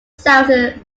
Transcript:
southern